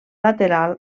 lateral